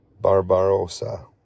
Barbarossa